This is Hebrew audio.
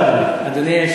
בבקשה, אדוני.